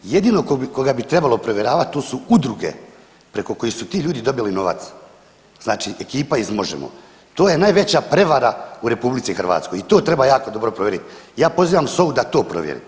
Jedino koga bi trebalo provjeravat to su udruge preko kojih su ti ljudi dobili novac, znači ekipa iz Možemo!, to je najveća prevara u RH i to treba jako dobro provjerit, ja pozivam SOA-u da to provjeri, hvala.